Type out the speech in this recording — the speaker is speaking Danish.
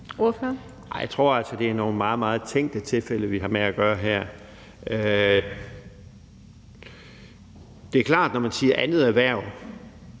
Jeg tror altså, der er nogle meget, meget tænkte tilfælde, vi har med at gøre her. Det er klart, at når man taler om andet erhverv,